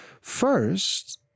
First